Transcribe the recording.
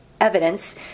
evidence